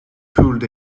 pulled